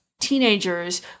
teenagers